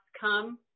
come